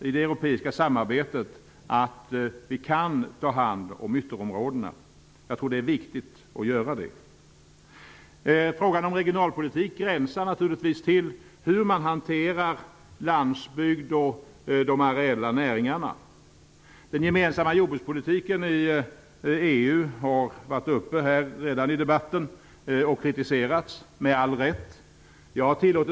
I det europeiska samarbetet visar vi också att vi kan ta hand om ytterområdena. Jag tror att det är viktigt att göra det. Frågan om regionalpolitik gränsar naturligtvis till hur man hanterar landsbygd och de areella näringarna. Den gemensamma jordbrukspolitiken i EU har redan varit uppe i debatten och med all rätt kritiserats.